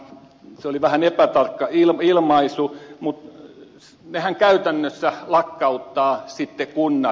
se oli vähän epätarkka ilmaisu kunnathan sitten käytännössä lakkauttavat ne